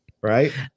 right